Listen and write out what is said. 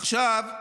עכשיו,